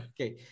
Okay